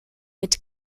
mit